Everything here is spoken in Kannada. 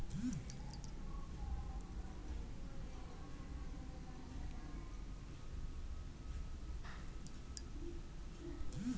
ಆದಾಯ ಸ್ವಯಂಪ್ರೇರಿತ ಬಹಿರಂಗಪಡಿಸುವ ಯೋಜ್ನ ಭಾರತೀಯ ಆರ್ಥಿಕ ನೀತಿಗಳಲ್ಲಿ ಅತ್ಯಂತ ಅಸಂಪ್ರದಾಯ ಯಶಸ್ವಿಯಾಗಿದೆ